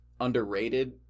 underrated